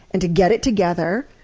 and to get it together.